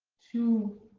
two,